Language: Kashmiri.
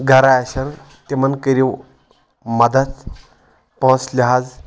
گرٕ آسن تِمن کٔرِو مدتھ پونٛسہٕ لِحاظ